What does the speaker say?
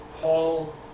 Paul